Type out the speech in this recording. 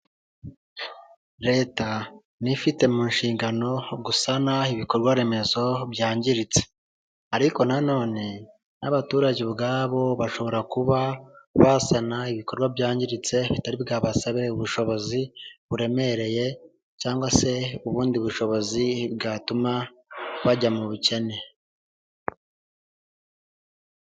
Leta niyo ifite mu nshingano gusana ibikorwa remezo byangiritse; ariko nanone n'abaturage ubwabo bashobora kuba basana ibikorwa byangiritse bitari bwabasabe ubushobozi buremereye cyangwa se ubundi bushobozi bwatuma bajya mu bukene.